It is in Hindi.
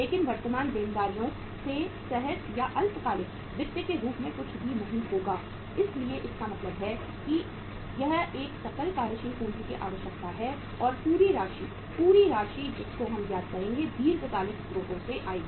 लेकिन वर्तमान देनदारियों से सहज या अल्पकालिक वित्त के रूप में कुछ भी नहीं होगा इसलिए इसका मतलब है कि यह एक सकल कार्यशील पूंजी की आवश्यकता है और पूरी राशि पूरी राशि जिसको हम ज्ञात करेंगे दीर्घकालिक स्रोतों से आएगी